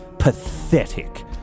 pathetic